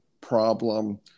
problem